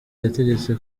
yategetse